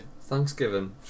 Thanksgiving